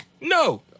No